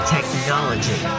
Technology